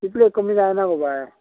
तितले कमी जायना गो बाय